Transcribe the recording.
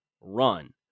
run